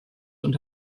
und